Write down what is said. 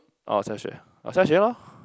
oh Xia-Xue uh Xia-Xue lor